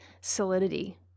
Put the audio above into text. solidity